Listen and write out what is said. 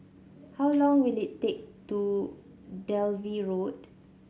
how long will it take to Dalvey Road